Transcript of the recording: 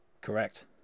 Correct